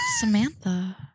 Samantha